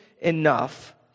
enough